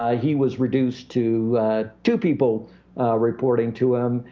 ah he was reduced to two people reporting to him,